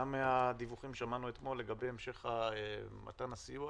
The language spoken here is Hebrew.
גם מהדיווחים ששמענו אתמול לגבי המשך מתן הסיוע